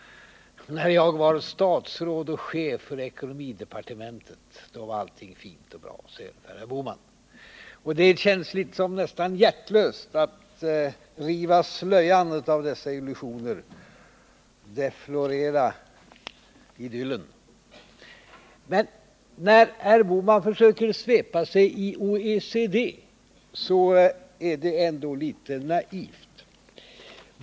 När jag var statsråd och chef för ekonomidepartementet var allting fint och bra, säger herr Bohman. Nr 174 Det känns nästan hjärtlöst att riva slöjan av dessa illusioner och deflorera Lördagen den idyllen. Men när herr Bohman försöker stödja sig på OECD är det ändå litet 9 juni 1979 naivt.